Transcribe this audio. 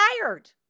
tired